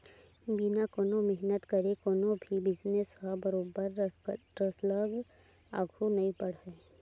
बिना कोनो मेहनत करे कोनो भी बिजनेस ह बरोबर सरलग आघु नइ बड़हय